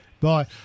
Bye